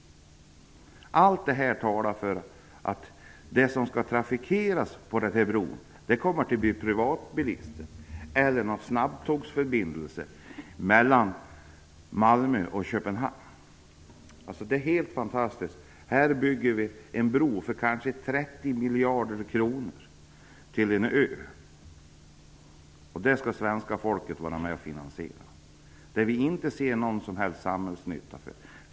Allt det här talar för att det blir privatbilister eller snabbtåg mellan Malmö och Köpenhamn som kommer att trafikera bron. Det är helt fantastiskt: Vi bygger en bro till en ö för kanske 30 miljarder kronor, och svenska folket skall vara med och finansiera den. Vi ser inte någon som helst samhällsnytta med det.